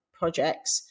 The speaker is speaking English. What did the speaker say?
projects